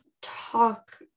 talk